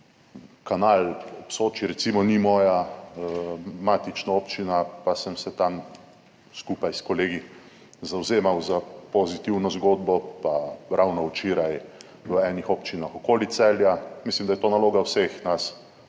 Kanal ob Soči recimo ni moja matična občina pa sem se tam skupaj s kolegi zavzemal za pozitivno zgodbo, pa ravno včeraj v enih občinah okoli Celja. Mislim, da je to naloga vseh nas